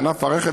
מענף הרכב,